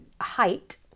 height